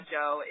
Joe